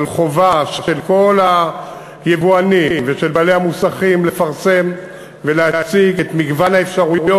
על חובה של כל היבואנים ושל בעלי המוסכים לפרסם ולהציג את מגוון האפשרויות